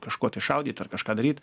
kažkuo tai šaudyt ar kažką daryt